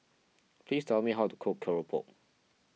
please tell me how to cook Keropok